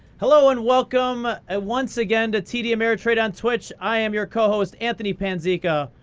hello, and welcome ah once again to td ameritrade on twitch. i am your co-host, anthony panzeca,